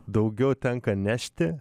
daugiau tenka nešti